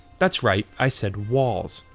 that's right, i said walls.